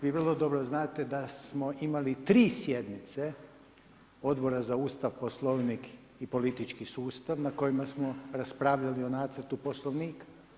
Vi vrlo dobro znate da smo imali tri sjednice Odbora za Ustav, Poslovnik i politički sustav na kojima smo raspravljali o nacrtu Poslovnika.